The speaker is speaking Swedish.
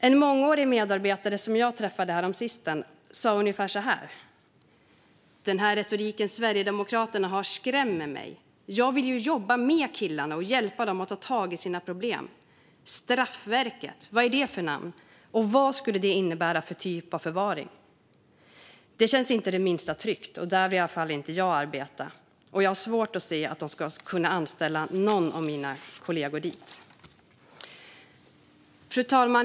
En mångårig medarbetare som jag träffade häromsistens sa ungefär så här: Den här retoriken Sverigedemokraterna har skrämmer mig. Jag vill ju jobba med killarna och hjälpa dem att ta tag i sina problem. Straffverket - vad är det för namn, och vad skulle det innebära för typ av förvaring? Det känns inte det minsta tryggt. Där vill i alla fall inte jag arbeta, och jag har svårt att se att de ska kunna anställa någon av mina kollegor dit. Fru talman!